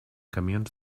camions